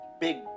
big